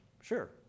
Sure